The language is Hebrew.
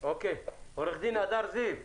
עורך דין הדר זיו,